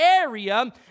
area